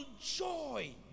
joy